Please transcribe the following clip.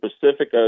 Pacific